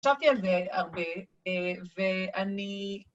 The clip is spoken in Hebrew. שבתי על זה הרבה, ואני...